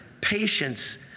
patience